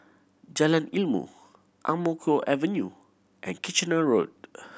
Jalan Ilmu Ang Mo Kio Avenue and Kitchener Road